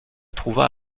trouva